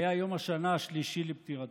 היה יום השנה השלישי לפטירתו.